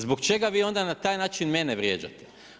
Zbog čega vi onda na taj način mene vrijeđate.